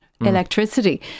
electricity